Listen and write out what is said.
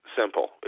simple